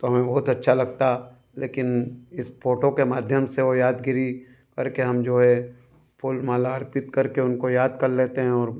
तो हमें बहुत अच्छा लगता लेकिन इस फोटो के माध्यम से वो यादगिरी करके हम जो है फूल माला अर्पित करके उनको याद कर लेते हैं और